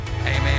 Amen